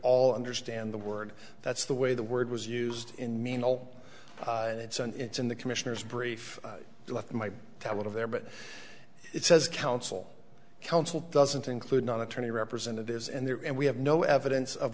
all understand the word that's the way the word was used in mean all and it's and it's in the commissioner's brief left in my out of there but it says counsel counsel doesn't include not attorney representatives in there and we have no evidence of